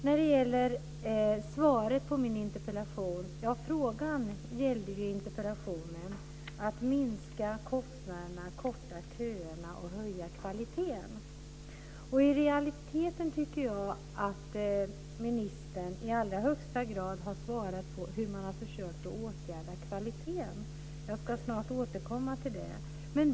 Min fråga i interpellationen gällde hur man ska minska kostnaderna, korta köerna och höja kvaliteten. Ministern har i allra högsta grad svarat på hur man har försökt att åtgärda kvaliteten - jag ska snart återkomma till det.